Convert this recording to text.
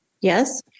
yes